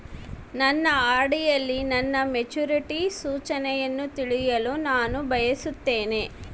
ನನ್ನ ಆರ್.ಡಿ ಯಲ್ಲಿ ನನ್ನ ಮೆಚುರಿಟಿ ಸೂಚನೆಯನ್ನು ತಿಳಿಯಲು ನಾನು ಬಯಸುತ್ತೇನೆ